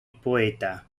poeta